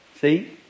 See